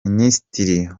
minisitiri